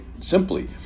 simply